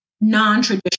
non-traditional